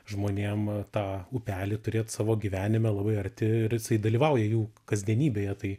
žmonėm tą upelį turėt savo gyvenime labai arti ir jisai dalyvauja jų kasdienybėje tai